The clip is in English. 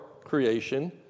creation